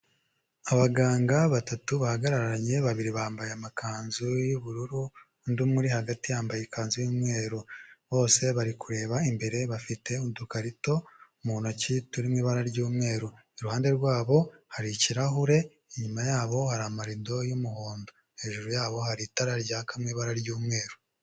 Abaganga batatu bahagararanye babiri bambaye amakanzu y'ubururu undi umwe uri hagati yambaye ikanzu y'umweru, bose bari kureba imbere bafite udukarito mu ntoki turimo ibara ry'umweru, iruhande rwabo hari ikirahure inyuma yabo hari amarido y'umuhondo, hejuru yabo hari itara ryaka mu ibara ry'umweru.